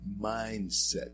mindset